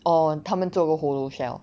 or 他们做 hollow shell